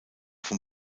vom